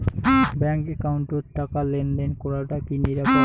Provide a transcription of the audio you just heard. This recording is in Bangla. ব্যাংক একাউন্টত টাকা লেনদেন করাটা কি নিরাপদ?